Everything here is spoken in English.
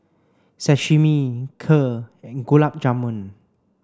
Sashimi Kheer and Gulab Jamun